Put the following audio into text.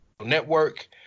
network